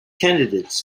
candidates